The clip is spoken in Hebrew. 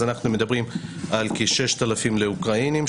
אז אנחנו מדברים על כ-6,000 ליוצאי אוקראינה,